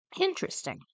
Interesting